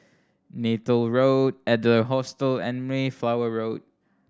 Neythal Road Adler Hostel and Mayflower Road